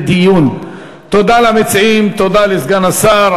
תודה למציעים, תודה לסגן השר.